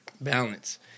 balance